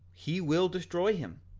he will destroy him.